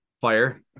Fire